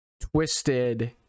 Twisted